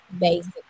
Basic